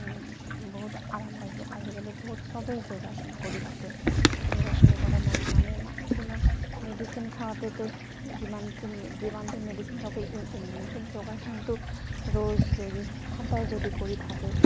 বহুত আৰাম পাইছে আজিকালি বহুত সবেই যোগাচন কৰি থাকে যোগাচন কৰা মানে মানে কিমান মেডিচিন খাওঁতে তো যিমানখিন যিমান দিন মেডিচিন খাবই ইমান কিন্তু যোগাসনটো ৰ'জ যদি সদায় যদি কৰি থাকে